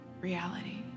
reality